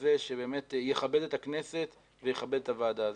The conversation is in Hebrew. כזה שבאמת יכבד את הכנסת ויכבד את הוועדה הזו.